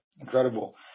Incredible